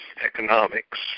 economics